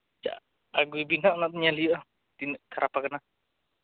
ᱟᱹᱜᱩᱭᱵᱤᱱ ᱦᱟᱸᱜ ᱚᱱᱟᱫᱚ ᱧᱮᱞ ᱦᱩᱭᱩᱜᱼᱟ ᱛᱤᱱᱟᱹᱜ ᱠᱷᱟᱨᱟᱯ ᱟᱠᱟᱱᱟ